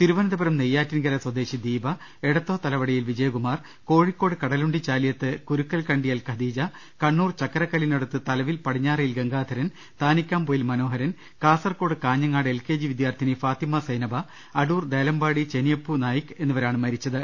തിരുവനന്തപുരം നെയ്യാ സ്വദേശി റ്റിൻകര ദീപ എടത്വ തവവടിയിൽ വിജയകുമാർ കോഴിക്കോട് കടലുണ്ടി ചാലിയത്ത് കുരുക്കൽകണ്ടിയാൽ ഖദീജ കണ്ണൂർ ചക്കരക്കല്ലിനടുത്ത് തലവിൽ പടിഞ്ഞാ റേയിൽ ഗംഗാധരൻ താനിക്കാംപൊയിൽ മനോഹരൻ കാസർകോട് കാഞ്ഞ ങ്ങാട് എൽകെജി വിദ്യാർത്ഥിനി ഫാത്തിമ സൈന ബ അടൂർ ദേലമ്പാടി ചെനിയപ്പൂ നായിക് എന്നിവരാണ് മരിച്ചത്